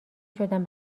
شدن